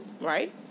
right